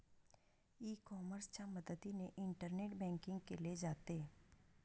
E कॉमर्सच्या मदतीने internet banking केले जाते